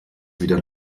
wieder